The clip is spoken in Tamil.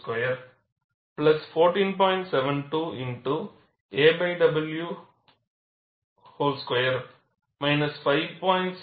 64 aw 13